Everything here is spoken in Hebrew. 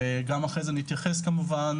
תודה.